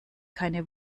keine